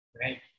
Right